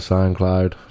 SoundCloud